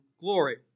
glory